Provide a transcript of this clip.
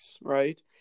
right